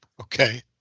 Okay